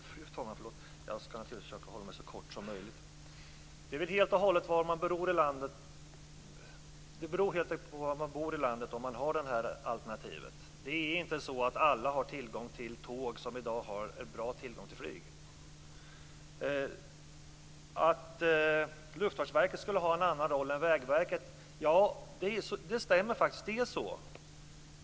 Fru talman! Jag ska naturligtvis försöka fatta mig så kort som möjligt. Det beror helt enkelt på var i landet man bor om man har det alternativet. Det är inte så att alla har tillgång till tåg som i dag har bra tillgång till flyg. Att Luftfartsverket skulle ha en annan roll än Vägverket stämmer faktiskt. Det är så.